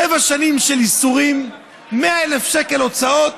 שבע שנים של ייסורים, 100,000 שקל הוצאות,